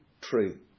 true